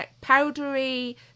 powdery